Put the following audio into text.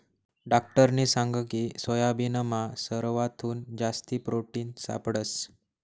डाक्टरनी सांगकी सोयाबीनमा सरवाथून जास्ती प्रोटिन सापडंस